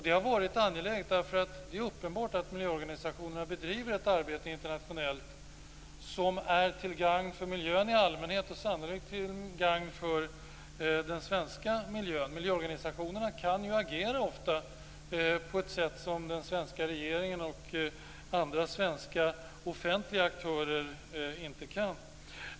Det har varit angeläget därför att det är uppenbart att miljöorganisationerna bedriver ett arbete internationellt som är till gagn för miljön i allmänhet och sannolikt också för den svenska miljön. Miljöorganisationerna kan ofta agera på ett sätt som den svenska regeringen och andra svenska offentliga aktörer inte kan.